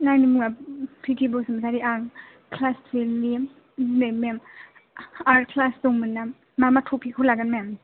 आंनि मुंआ प्रिति बसुमथारि आं क्लास टुवेल्बनि मेम आर्ट क्लास दंमोनना मा मा ट'पिकखौ लागोन मेम